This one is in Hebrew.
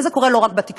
וזה קורה לא רק בתקשורת,